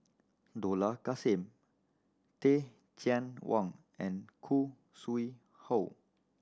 Dollah Kassim Teh Cheang Wan and Khoo Sui Hoe